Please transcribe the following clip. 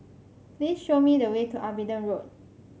please show me the way to Abingdon Road